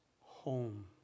home